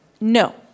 No